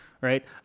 right